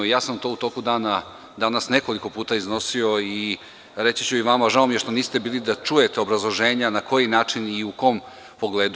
Ja sam to u toku dana danas nekoliko puta iznosio i reći ću i vama, žao mi je što niste bili da čujete obrazloženja na koji način i u kom pogledu.